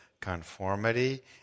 conformity